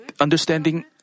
understanding